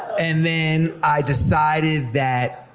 and then i decided that